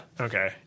Okay